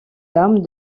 larmes